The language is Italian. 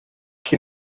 che